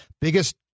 biggest